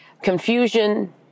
confusion